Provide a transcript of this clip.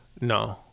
No